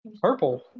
purple